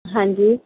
ਹਾਂਜੀ